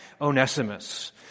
Onesimus